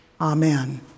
Amen